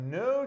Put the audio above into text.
no